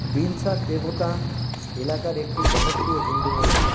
বিনসার দেবতা এলাকার একটি জনপ্রিয় হিন্দু মন্দির